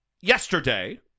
yesterday